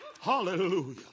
Hallelujah